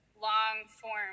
long-form